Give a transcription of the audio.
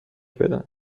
بدن